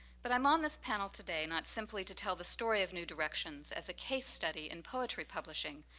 but i'm on this panel today not simply to tell the story of new directions as a case study in poetry publishing,